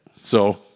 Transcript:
So-